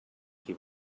qui